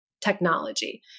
technology